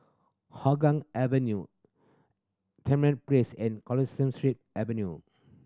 Hougang Avenue Place and Street Avenue